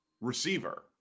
receiver